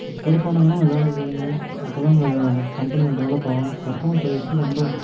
கொஞ்சம் பொறுப்பானவங்களாக கொஞ்சம் வேலைக்கு வைங்க அப்போதான் உங்கள் கம்பெனி கொஞ்சம் டெவலப் ஆகும் கஸ்டமர் சர்விஸு ரொம்ப